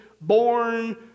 born